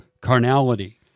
carnality